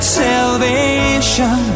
salvation